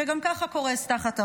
שגם ככה קורס תחת העומס.